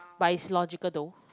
by its logical though